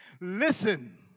Listen